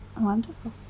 Wonderful